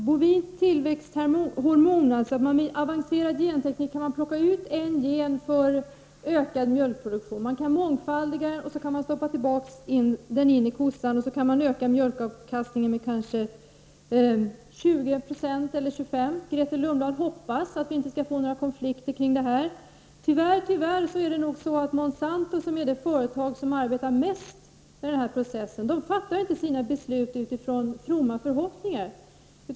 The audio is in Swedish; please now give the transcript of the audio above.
Herr talman! Bovint tillväxthormon innebär man med avancerad genteknik kan man plocka ut en gen för ökad mjölkproduktion. kan mångfaldiga och sedan föra in generna i kon. På så sätt kan man kanske öka mjölkavkastningen med 20--25 %. Grethe Lundblad hoppas att det inte skall bli några konflikter. Monsanto AB, som är det företag som arbetar mest med den här processen, fattar inte sina beslut på basis av fromma förhoppningar.